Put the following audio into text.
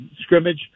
scrimmage